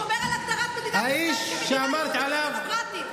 שומר על הגדרת מדינת ישראל כמדינה יהודית דמוקרטית.